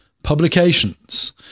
publications